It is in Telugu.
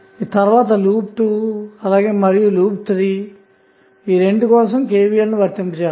తరువాత లూప్ 2 మరియు లూప్ 3 ల కోసం KVL ను వర్తింప చేద్దాము